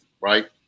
right